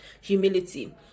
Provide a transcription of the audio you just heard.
humility